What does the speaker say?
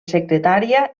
secretària